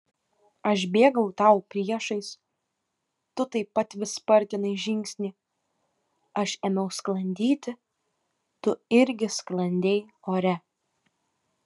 aš bėgau tau priešais tu taip pat vis spartinai žingsnį aš ėmiau sklandyti tu irgi sklandei ore